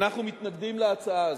אנחנו מתנגדים להצעה הזאת.